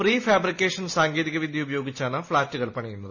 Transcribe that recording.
pre fabrication സാങ്കേതിക്വിദ്ദ്യ ഉപയോഗിച്ചാണ് ഫ്ളാറ്റുകൾ പണിയുന്നത്